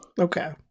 okay